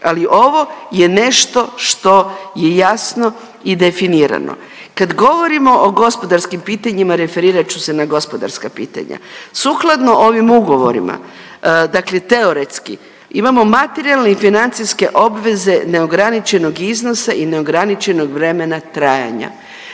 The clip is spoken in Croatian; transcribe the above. ali ovo je nešto što je jasno i definirano. Kad govorimo o gospodarskim pitanjima, referirat ću se na gospodarska pitanja. Sukladno ovim ugovorima dakle teoretski imamo materijalne i financijske obveze neograničenog iznosa i neograničenog vremena trajanja,